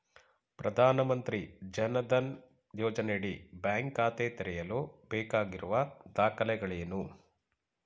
ಪ್ರಧಾನಮಂತ್ರಿ ಜನ್ ಧನ್ ಯೋಜನೆಯಡಿ ಬ್ಯಾಂಕ್ ಖಾತೆ ತೆರೆಯಲು ಬೇಕಾಗಿರುವ ದಾಖಲೆಗಳೇನು?